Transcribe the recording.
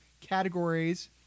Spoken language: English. categories